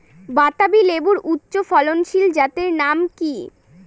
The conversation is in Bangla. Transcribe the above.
বাতাবি লেবুর উচ্চ ফলনশীল জাতের নাম কি?